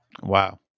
Wow